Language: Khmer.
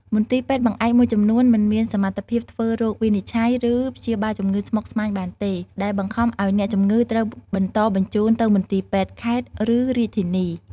មន្ទីរពេទ្យបង្អែកមួយចំនួនមិនមានសមត្ថភាពធ្វើរោគវិនិច្ឆ័យ ឬព្យាបាលជំងឺស្មុគស្មាញបានទេ ដែលបង្ខំឱ្យអ្នកជំងឺត្រូវបន្តបញ្ជូនទៅមន្ទីរពេទ្យខេត្ត ឬរាជធានី។